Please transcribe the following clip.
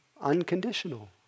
unconditional